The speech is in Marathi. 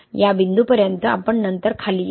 या बिंदूपर्यंत आपण नंतर खाली येऊ